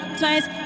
twice